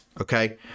okay